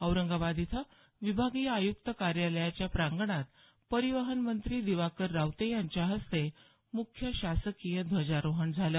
औरंगाबाद इथं विभागीय आयुक्त कार्यालयाच्या प्रांगणात परिवहन मंत्री दिवाकर रावते यांच्या हस्ते मुख्य शासकीय ध्वजारोहण झालं